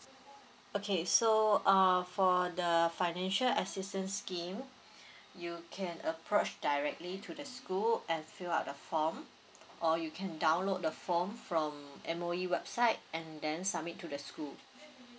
okay so uh for the financial assistance scheme you can approach directly to the school and fill up the form or you can download the form from M_O_E website and then submit to the school